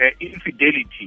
infidelity